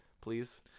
please